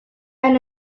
and